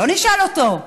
לא נשאל אותו.